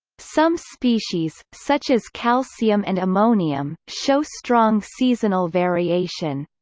some species, such as calcium and ammonium, show strong seasonal variation.